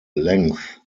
length